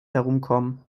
herumkommen